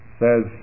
says